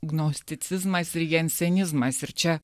gnosticizmas ir jensen izmas ir čia